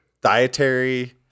Dietary